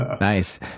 Nice